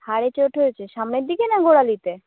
হাড়ে চোট হয়েছে সামনের দিকে না গোড়ালিতে